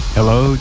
Hello